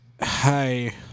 Hi